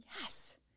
Yes